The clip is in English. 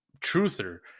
truther